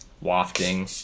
Wafting